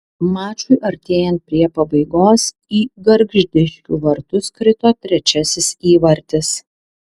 mačui artėjant prie pabaigos į gargždiškių vartus krito trečiasis įvartis